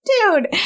dude